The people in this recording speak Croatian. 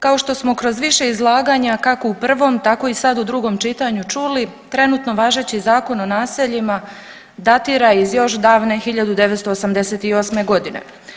Kao što smo kroz više izlaganja kako u prvom tako i sad u drugom čitanju čuli trenutno važeći Zakon o naseljima datira iz još davne 1988.g.